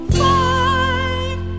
five